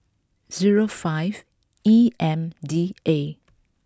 zero five E M D A